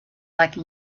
like